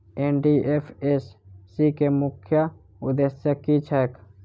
NDFSC केँ मुख्य उद्देश्य की छैक?